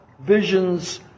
visions